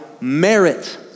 merit